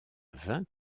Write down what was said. vingt